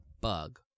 bug